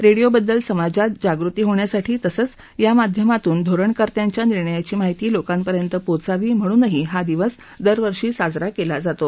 रेडिओबद्दल समाजात जागृती होण्यासाठी तसंच या माध्यमातून धोरणकर्त्यांच्या निर्णयांची माहिती लोकांपर्यंत पोचावी म्हणूनही हा दिवस दरवर्षी साजरा केला जातो